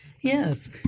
Yes